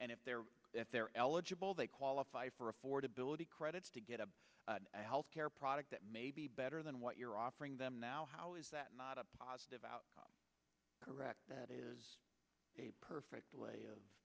and if they're if they're eligible they qualify for affordability credits to get a health care product that may be better than what you're offering them now how is that not a positive outcome correct that is a perfect way of